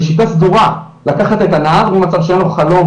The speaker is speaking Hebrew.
בשיטה סדורה לקחת את הנער ממצב שהיה לו חלום